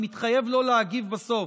אני מתחייב לא להגיב בסוף.